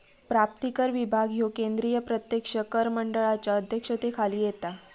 प्राप्तिकर विभाग ह्यो केंद्रीय प्रत्यक्ष कर मंडळाच्या अध्यक्षतेखाली येता